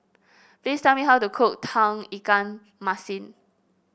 please tell me how to cook Tauge Ikan Masin